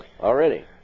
already